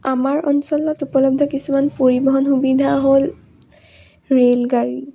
আমাৰ অঞ্চলত উপলব্ধ কিছুমান পৰিবহণ সুবিধা হ'ল ৰে'লগাড়ী